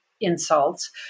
insults